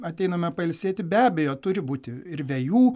ateiname pailsėti be abejo turi būti ir vejų